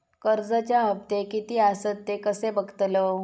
कर्जच्या हप्ते किती आसत ते कसे बगतलव?